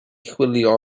chwilio